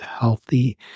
healthy